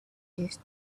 these